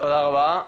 תודה רבה,